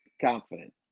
confident